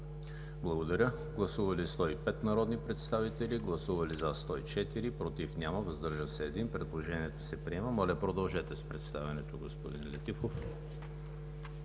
чл. 57. Гласували 105 народни представители: за 104, против няма, въздържал се 1. Предложението се приема. Моля продължете с представянето, господин Летифов.